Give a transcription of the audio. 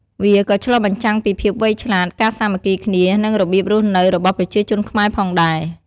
វាក៏ឆ្លុះបញ្ចាំងពីភាពវៃឆ្លាត ការសាមគ្គីគ្នា និងរបៀបរស់នៅរបស់ប្រជាជនខ្មែរផងដែរ។